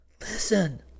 Listen